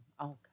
Okay